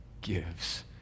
gives